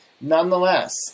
Nonetheless